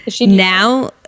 Now